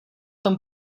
tom